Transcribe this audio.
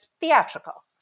theatrical